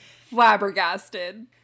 Flabbergasted